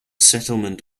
settlement